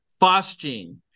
Phosgene